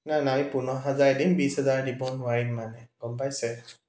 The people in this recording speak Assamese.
নাই নাই পোন্ধৰ হাজাৰেই দিম বিশ হাজাৰ দিব নোৱাৰিম মানে গম পাইছে